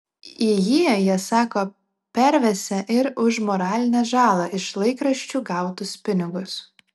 į jį jie sako pervesią ir už moralinę žalą iš laikraščių gautus pinigus